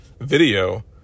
video